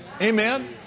Amen